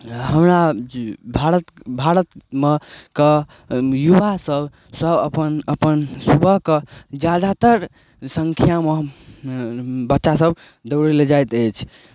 हमरा भारत भारतमे कऽ युबा सब सब अपन अपन सुबह कऽ जादातर संख्यामे बच्चा सब दौड़य लए जाइत अइछ